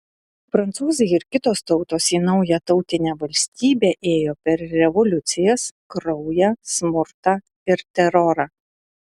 prancūzai ir kitos tautos į naują tautinę valstybę ėjo per revoliucijas kraują smurtą ir terorą